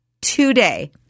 today